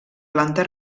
planta